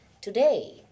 today